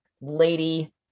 Lady